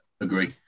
agree